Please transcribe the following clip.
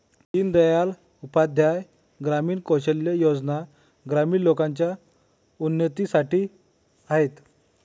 दीन दयाल उपाध्याय ग्रामीण कौशल्या योजना ग्रामीण लोकांच्या उन्नतीसाठी आहेत